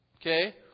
Okay